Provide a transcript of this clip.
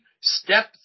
step